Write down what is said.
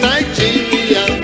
Nigeria